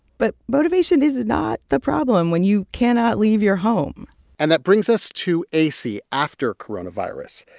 but motivation is not the problem when you cannot leave your home and that brings us to a c. after coronavirus.